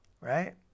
Right